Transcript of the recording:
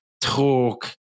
talk